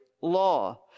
law